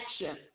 action